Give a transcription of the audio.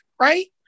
right